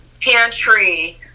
pantry